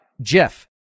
Jeff